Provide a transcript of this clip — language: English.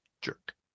jerk